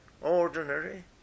ordinary